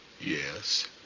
Yes